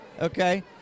okay